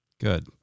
Good